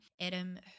Adam